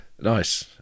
nice